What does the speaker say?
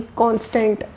constant